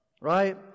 right